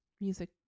Music